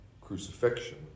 crucifixion